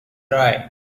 dried